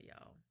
y'all